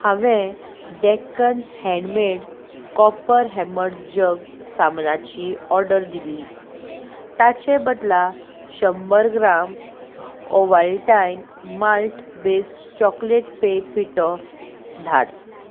हांवें Deccan handmade copper hammer jug सामनाची order दिल्ली ताचे बदला शंबर gram Ovaltine malt based chocolate पेय पिठो धाड